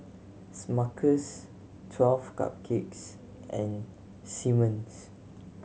Smuckers Twelve Cupcakes and Simmons